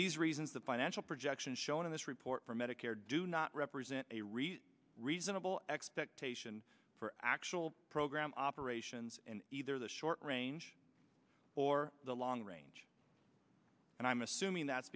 these reasons the financial projections shown in this report for medicare do not represent a really reasonable expectation for actual program operations in either the short range or the long range and i'm assuming that's